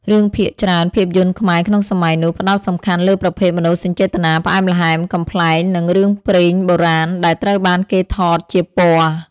រឿងភាគច្រើន ភាពយន្តខ្មែរក្នុងសម័យនោះ ផ្ដោតសំខាន់លើប្រភេទមនោសញ្ចេតនា ផ្អែមល្ហែម កំប្លែង និងរឿងព្រេងបុរាណ ដែលត្រូវបានគេថតជាពណ៌។